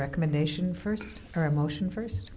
recommendation first or emotion first